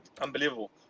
unbelievable